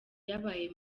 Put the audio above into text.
yabaye